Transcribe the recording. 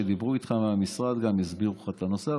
כשדיברו איתך מהמשרד גם הסבירו לך את הנושא,